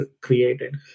created